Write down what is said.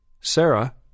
Sarah